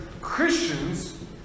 Christians